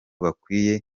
bakwiye